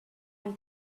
and